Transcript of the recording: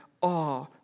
Awe